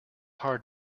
hard